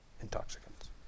intoxicants